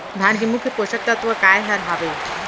धान के मुख्य पोसक तत्व काय हर हावे?